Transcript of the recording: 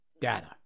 data